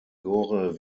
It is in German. gore